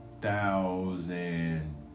thousand